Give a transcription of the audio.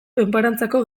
enparantzako